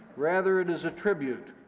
rather, it is a tribute.